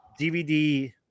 dvd